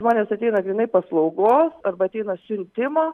žmonės ateina grynai paslaugos arba ateina siuntimo